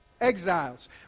Exiles